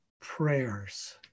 prayers